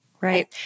right